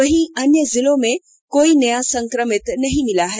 वहीं अन्य जिलों में कोई नया संक्रमित नहीं मिला है